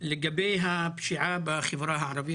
לגבי הפשיעה בחברה הערבית.